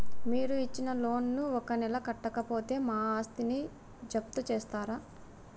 మీరు ఇచ్చిన లోన్ ను ఒక నెల కట్టకపోతే మా ఆస్తిని జప్తు చేస్తరా?